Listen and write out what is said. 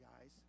guys